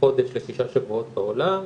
חודש לשישה שבועות בעולם,